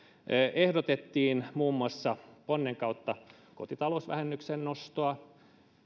ehdotettiin ponnen kautta muun muassa kotitalousvähennyksen nostoa